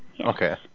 Okay